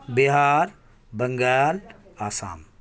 Bihar Bengal Assam